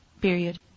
period